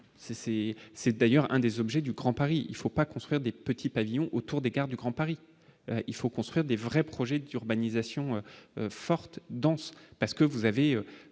c'est d'ailleurs un des objets du Grand Paris, il faut pas construire des petits pavillons autour des gares du Grand Paris, il faut construire des vrais projets d'urbanisation forte, dense, parce que vous avez